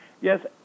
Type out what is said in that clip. Yes